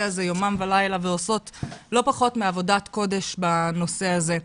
הזה יומם ולילה ועושות לא פחות מעבודת קודש בנושא הזה.